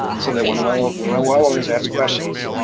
so that when well ah when well owners ask questions,